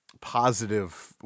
positive